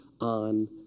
on